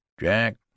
Jack